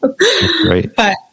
Right